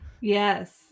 Yes